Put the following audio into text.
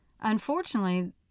Unfortunately